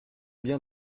bien